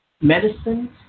medicines